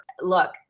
look